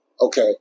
Okay